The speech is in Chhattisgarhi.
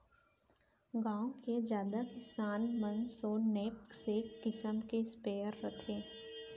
गॉँव के जादा किसान मन सो नैपसेक किसम के स्पेयर रथे